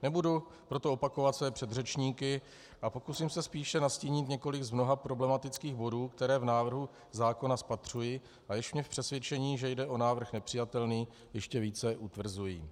Nebudu proto opakovat své předřečníky a pokusím se spíš nastínit několik z mnoha problematických bodů, které v návrhu zákona spatřuji a jež mě v přesvědčení, že jde o návrh nepřijatelný, ještě více utvrzují.